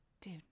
Dude